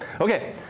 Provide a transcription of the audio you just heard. Okay